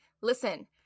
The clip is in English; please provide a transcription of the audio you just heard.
Listen